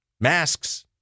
Masks